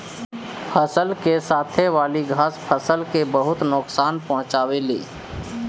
फसल के साथे वाली घास फसल के बहुत नोकसान पहुंचावे ले